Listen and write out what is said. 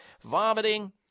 vomiting